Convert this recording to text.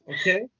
okay